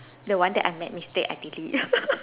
the one that I made mistake I delete